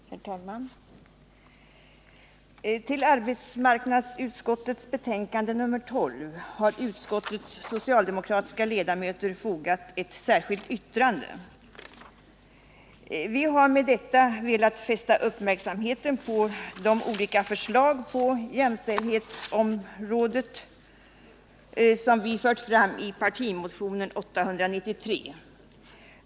Herr talman! Till arbetsmarknadsutskottets betänkande nr 12 har utskottets socialdemokratiska ledamöter fogat ett särskilt yttrande. Vi har med detta velat fästa uppmärksamheten på de olika förslag på jämställdhetsområdet som vi fört fram i partimotionen 893.